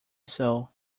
soul